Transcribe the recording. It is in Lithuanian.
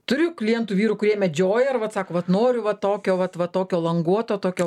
turiu klientų vyrų kurie medžioja ir vat sako kad noriu va tokio vat va tokio languoto tokio